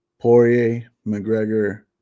Poirier-McGregor